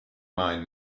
mine